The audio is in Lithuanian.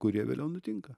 kurie vėliau nutinka